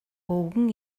өвгөн